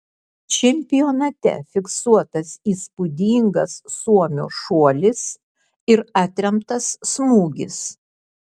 čempionate fiksuotas įspūdingas suomio šuolis ir atremtas smūgis